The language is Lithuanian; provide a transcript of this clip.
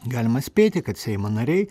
galima spėti kad seimo nariai